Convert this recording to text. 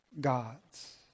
God's